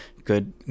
good